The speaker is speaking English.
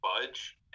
budge